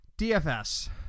DFS